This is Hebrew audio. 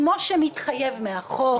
כמו שמתחייב מהחוק,